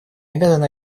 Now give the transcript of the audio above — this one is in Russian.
обязаны